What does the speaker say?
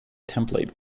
template